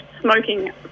smoking